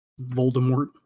Voldemort